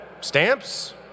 stamps